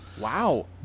Wow